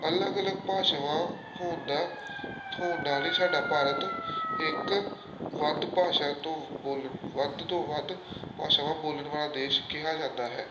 ਅਲੱਗ ਅਲੱਗ ਭਾਸ਼ਾਵਾਂ ਹੋਣ ਦਾ ਹੋਣ ਨਾਲ ਹੀ ਸਾਡਾ ਭਾਰਤ ਇੱਕ ਵੱਧ ਭਾਸ਼ਾ ਤੋਂ ਬੋਲਣ ਵੱਧ ਤੋਂ ਵੱਧ ਭਾਸ਼ਾ ਬੋਲਣ ਵਾਲਾ ਦੇਸ਼ ਕਿਹਾ ਜਾਂਦਾ ਹੈ